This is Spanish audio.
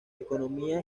economía